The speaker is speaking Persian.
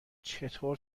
چطور